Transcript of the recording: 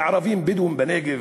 כערבים בדואים בנגב,